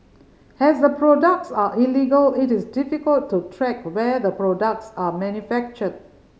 has the products are illegal it is difficult to track where the products are manufactured